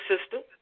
system